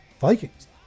Vikings